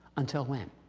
until when?